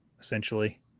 Essentially